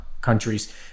countries